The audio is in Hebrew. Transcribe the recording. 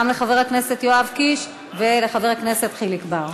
גם לחבר הכנסת יואב קיש וגם לחבר הכנסת חיליק בר.